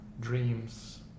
dreams